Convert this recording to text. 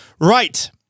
Right